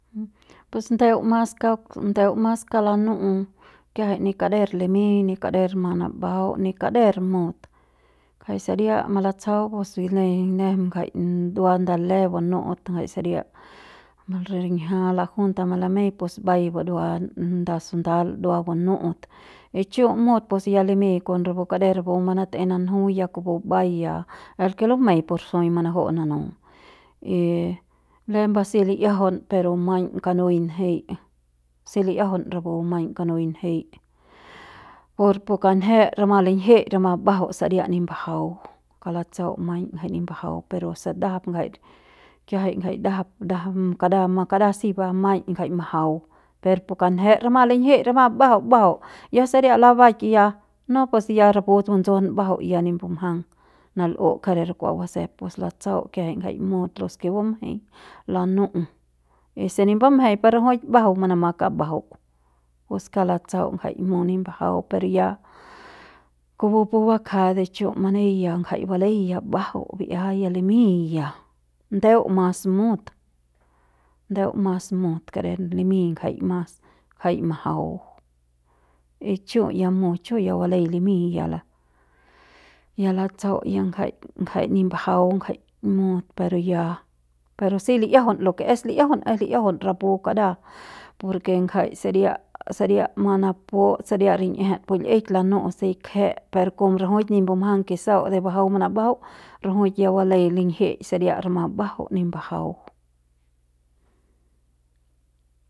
Pus ndeu mas kauk ndeu mas kauk lanu'u kiajai ni kader limiñ y ni kader manambajau ni kader mut ngjai saria malatsjau pus neiñ nejem ngjai dua nda le banu'ut ngjai saria riñjia la junta malamei pus mbai buruan nda sandal dua banu'ut y chu mut pus ya limiñ kon rapu kari kader rapu manatei nanju ya kupu mbai ya el ke lumei pus jui manaju'u mananu y lembe si li'iajaun pero maiñ kanui njei si li'iajaun rapu maiñ kanui njei por pu kanjet rama liñjik rama mbajau saria ni mbajau kauk latsau maiñ jai ni mbajau pero se ndajap ngjai kiajai jai ndajap ndajap kara kara si ba maiñ ngjai majau per re kanjet rama linjik rama mbajau mbajau ya saria labaik ya no pus ya rapu batsun mbajau ya nip mbungjang nal'u ker kua basep pus latsu kiajai jai mut los ke bumjeiñ lanu'u y si ni bumjeiñ per rajuik mbajau manama kambajau pus kauk latsau jai mut ni mbajau per ya kupu pu bakja de chumani ya ngjai balei ya mbajau bi'ia ya limiñ ya nde mas mut ndeu mas mut kader limiñ jai mas jai majau y chu ya mut chu ya balei limiñ ya ya latsau ngjai ngjai nip mbajau jai mut pero ya pero si li'iajaun lo ke es li'iajaun es li'iajaun rapu kara por ke ngjai saria, saria manaput saria rin'iejet pu l'ik lanu'u si kje per kom rajuik nip mbumjang aunque sau de bajau manambajau rajuik ya baleik linjik saria rama mbajau ni mbajau.